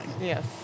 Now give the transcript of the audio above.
Yes